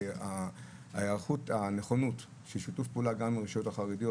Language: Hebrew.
יש נכונות לשיתוף פעולה גם עם הרשויות החרדיות